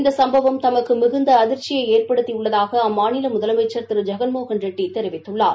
இந்த சம்பவம் தமக்கு மிகுந்த அதிர்ச்சியை ஏற்படுத்தி உள்ளதாக அம்மாநில முதலமைச்சா் திரு ஜெகன்மோகன்ரெட்டி தெரிவித்துள்ளார்